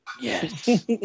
Yes